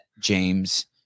James